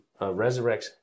resurrects